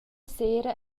sera